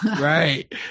Right